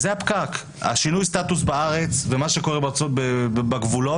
שינוי הסטטוס בארץ ומה שקורה בגבולות,